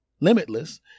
Limitless